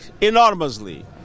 enormously